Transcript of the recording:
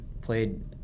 played